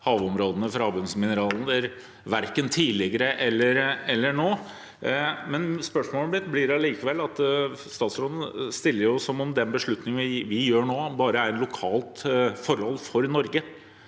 åpne havområdene for havbunnsmineraler, verken tidligere eller nå. Spørsmålet mitt blir likevel: Statsråden snakker som om den beslutningen vi gjør nå, bare er et lokalt forhold for Norge.